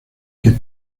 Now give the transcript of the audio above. que